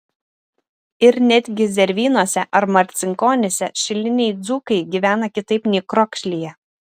ir netgi zervynose ar marcinkonyse šiliniai dzūkai gyvena kitaip nei krokšlyje